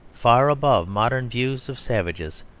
far above modern views of savages,